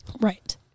Right